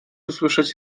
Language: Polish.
usłyszeć